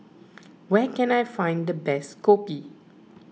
where can I find the best Kopi